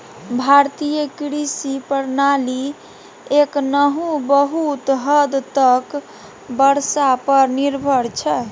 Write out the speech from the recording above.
भारतीय कृषि प्रणाली एखनहुँ बहुत हद तक बर्षा पर निर्भर छै